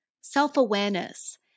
Self-awareness